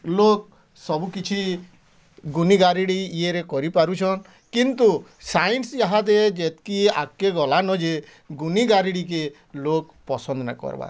ଲୋକ୍ ସବୁ କିଛି ଗୁନି ଗାରେଡ଼ି ଇଏରେ କରି ପାରୁଛନ୍ କିନ୍ତୁ ସାଇନ୍ସ ଏହା ଦେ ଯେତ୍କି ଆଗେ ଗଲାନ ଯେ ଗୁନି ଗାରେଡ଼ି କେ ଲୋକ୍ ପସନ୍ଦ ନା କର୍ବାର୍